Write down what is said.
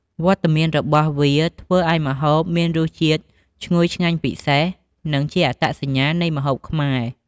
វត្តមានរបស់វាធ្វើឲ្យម្ហូបមានរសជាតិឈ្ងុយឆ្ងាញ់ពិសេស និងជាអត្តសញ្ញាណនៃម្ហូបខ្មែរ។